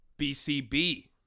BCB